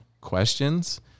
questions